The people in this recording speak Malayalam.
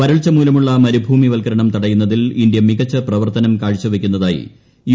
വരൾച്ചു മൂലമുള്ള മരുഭൂമിവൽക്കരണം തടയുന്നതിൽ ഇന്ത്യ മികച്ച പ്രവർത്തനം കാഴ്ചവയ്ക്കുന്നതായി യു